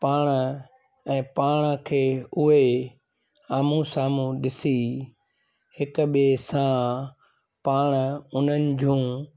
पाण ऐं पाण खे उहे आम्हूं साम्हूं ॾिसी हिक ॿिए सां पाण उन्हनि जूं